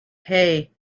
hey